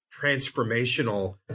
transformational